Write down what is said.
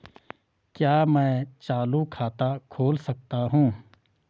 क्या मैं चालू खाता खोल सकता हूँ?